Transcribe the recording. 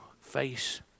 face